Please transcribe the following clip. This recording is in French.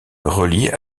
reliés